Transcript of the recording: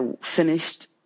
finished